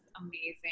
amazing